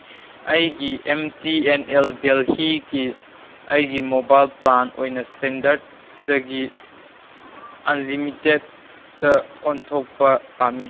ꯑꯩꯒꯤ M T N L ꯗꯦꯜꯍꯤꯒꯤ ꯑꯩꯒꯤ ꯃꯣꯕꯥꯏꯜ ꯄ꯭ꯂꯥꯟ ꯑꯣꯏꯅ ꯏꯁꯇꯦꯟꯗꯔꯠꯗꯒꯤ ꯑꯟꯂꯤꯃꯤꯇꯦꯠꯇ ꯑꯣꯟꯊꯣꯛꯄ ꯄꯥꯝꯃꯤ